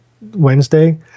Wednesday